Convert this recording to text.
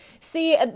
see